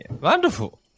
Wonderful